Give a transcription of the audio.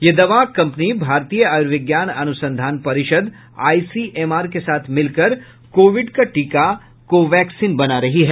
ये दवा कंपनी भारतीय आयुर्विज्ञान अनुसंधान परिषद आईसीएमआर के साथ मिलकर कोविड का टीका कोवैक्सीन बना रही है